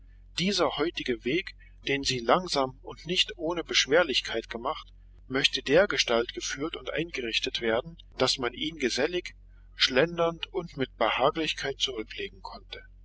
dieser heutige weg den sie langsam und nicht ohne beschwerlichkeit gemacht möchte dergestalt geführt und eingerichtet werden daß man ihn gesellig schlendernd und mit behaglichkeit zurücklegen könnte